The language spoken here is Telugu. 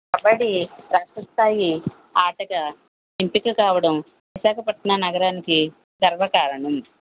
కబడ్డీ రాష్ట్ర స్థాయి ఆటగా ఎంపిక కావడం విశాఖపట్న నగరానికి గర్వకారణం